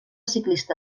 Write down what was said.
ciclista